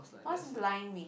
what's blind mean